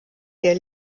der